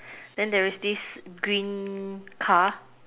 then there is this green car